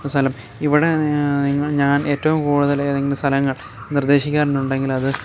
സ്ഥലം ഇവിടെ നിങ്ങൾ ഞാൻ ഏറ്റവും കൂടുതൽ ഏതെങ്കിലും സ്ഥലങ്ങൾ നിർദ്ദേശിക്കാൻ ഉണ്ടെങ്കിൽ അത്